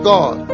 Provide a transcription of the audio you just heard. God